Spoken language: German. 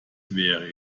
wäre